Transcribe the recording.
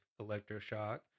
electroshock